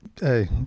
Hey